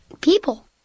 people